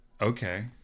Okay